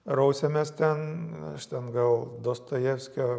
rausiamės ten aš ten gal dostojevskio